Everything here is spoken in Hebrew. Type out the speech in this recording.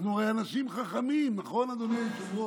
אנחנו הרי אנשים חכמים, נכון, אדוני היושב-ראש?